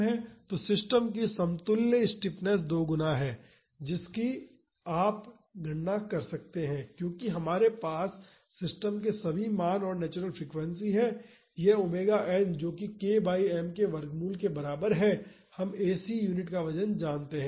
तो सिस्टम की समतुल्य स्टिफनेस दो गुना है जिसकी आप इसकी गणना कर सकते हैं क्योंकि हमारे पास सिस्टम के सभी मान और नेचुरल फ्रीक्वेंसी हैं यह ओमेगा एन जो कि K बाई m के वर्गमूल के बराबर है हम एसी यूनिट का वजन जानते हैं